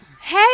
Hey